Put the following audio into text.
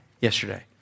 yesterday